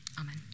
amen